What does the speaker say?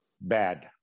bad